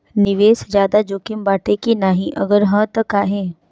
निवेस ज्यादा जोकिम बाटे कि नाहीं अगर हा तह काहे?